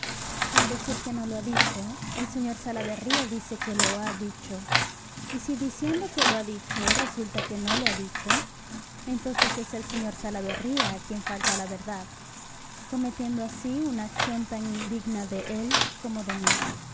al decir que no lo ha dicho el sr salaverría dice que lo ha dicho y si diciendo que lo ha dicho resulta que no lo ha dicho entonces es el sr salaverría quien falta a la verdad cometiendo así una acción tan indigna de él como de mí